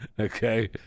Okay